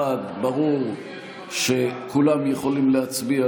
1. ברור שכולם יכולים להצביע,